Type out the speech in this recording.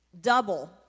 double